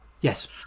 Yes